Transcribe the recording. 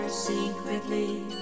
Secretly